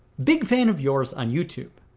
big fan of yours on youtube.